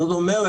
זאת אומרת,